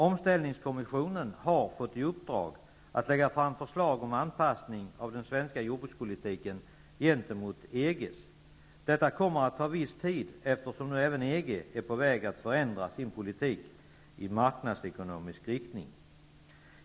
Omställningskommissionen har fått i uppdrag att lägga fram förslag om anpassning av den svenska jordbrukspolitiken gentemot EG:s. Detta kommer att ta viss tid eftersom nu även EG är på väg att förändra sin politik i marknadsekonomisk riktning.